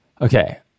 okay